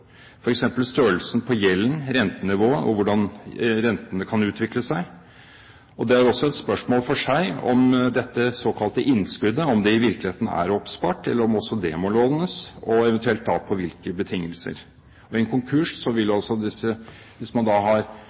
f.eks. størrelsen på gjelden, rentenivået og hvordan rentene kan utvikle seg. Det er også et spørsmål for seg om dette såkalte innskuddet i virkeligheten er oppspart, eller om også det må lånes, og eventuelt da på hvilke betingelser. Ved en konkurs, hvis man da har